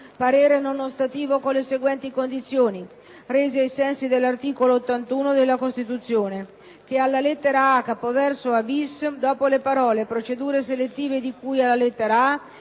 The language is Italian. parere non ostativo con le seguenti condizioni rese ai sensi dell'articolo 81 della Costituzione: - che alla lettera a), capoverso a-*bis*), dopo le parole "procedure selettive di cui alla lettera